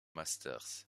masters